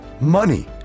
money